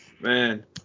man